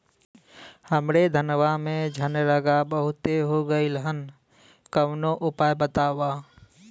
हमरे धनवा में झंरगा बहुत हो गईलह कवनो उपाय बतावा?